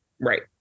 Right